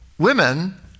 Women